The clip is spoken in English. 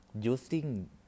using